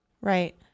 Right